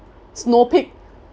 snow pit